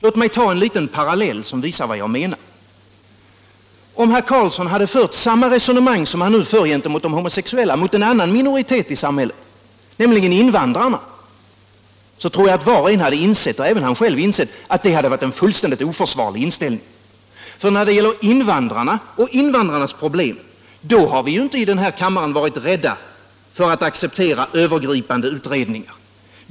Låt mig ta en liten parallell som visar vad jag menar. Om herr Karlsson i Huskvarna hade fört samma resonemang som han nu för gentemot de homosexuella mot en annan minoritet i samhället, nämligen invandrarna, tror jag att var och en hade insett — även han själv — att det hade varit en fullständigt oförsvarlig inställning. När det gäller invandrarna och deras problem har vi inte i den här kammaren varit rädda för att acceptera övergripande utredningar.